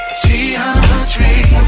geometry